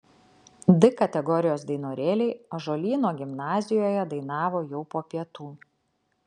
d kategorijos dainorėliai ąžuolyno gimnazijoje dainavo jau po pietų